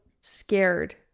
scared